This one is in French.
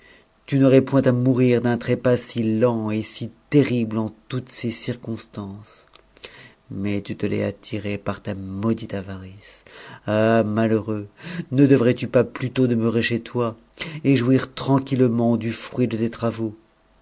tu n'aurais point à mourir d'un trépas si c et si terrible en toutes ses circonstances mais tu te l'es attiré par ta dite avarice ah malheureux ne devais tu pas plutôt demeurer chez toi et jouir tranquillement du fruit de tes travaux